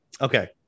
Okay